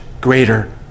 greater